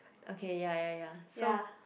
okay ya ya ya so